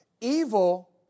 Evil